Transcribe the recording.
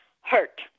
hurt